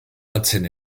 batzen